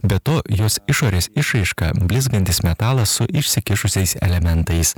be to jos išorės išraiška blizgantis metalas su išsikišusiais elementais